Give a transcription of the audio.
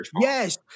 Yes